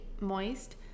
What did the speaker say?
moist